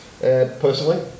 Personally